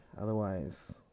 otherwise